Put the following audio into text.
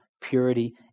purity